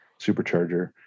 supercharger